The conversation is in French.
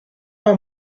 pas